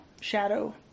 shadow